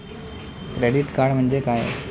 Credit card म्हणजे काय?